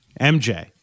MJ